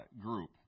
group